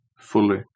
fully